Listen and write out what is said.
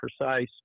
precise